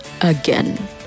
again